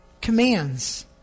commands